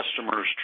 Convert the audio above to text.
customers